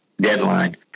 deadline